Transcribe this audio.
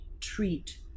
treat